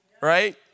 Right